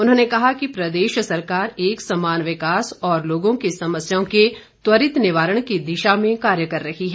उन्होंने कहा कि प्रदेश सरकार एक समान विकास और लोगों की समस्याओं के त्वरित निवारण की दिशा में कार्य कर रही है